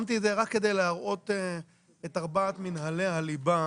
שמתי את זה רק כדי להראות את ארבעת מינהלי הליבה